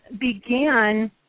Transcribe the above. began